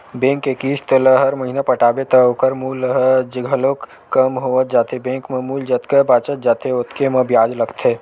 bank के किस्त ल हर महिना पटाबे त ओखर मूल ह घलोक कम होवत जाथे बेंक म मूल जतका बाचत जाथे ओतके म बियाज लगथे